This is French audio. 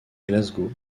glasgow